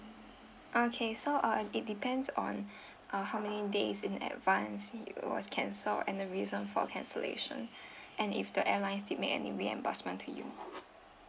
okay so uh it depends on uh how many days in advance it was cancelled and the reason for cancellation and if the airlines did make any reimbursement to you